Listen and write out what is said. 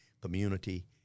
community